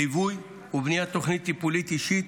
ליווי ובניית תכנית טיפולית אישית,